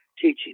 teaching